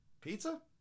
Pizza